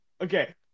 Okay